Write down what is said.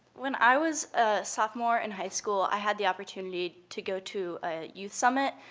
when i was a sophomore in high school, i had the opportunity to go to a youth summit.